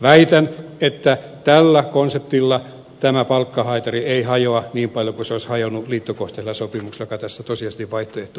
väitän että tällä konseptilla tämä palkkahaitari ei hajoa niin paljon kuin se olisi hajonnut liittokohtaisilla sopimuksilla jotka tässä tosiasiallisesti vaihtoehtona olivat